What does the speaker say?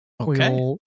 Okay